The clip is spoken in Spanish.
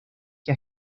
que